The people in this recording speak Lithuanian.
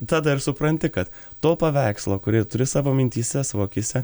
tada ir supranti kad to paveikslo kurį turi savo mintyse savo akyse